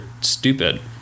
stupid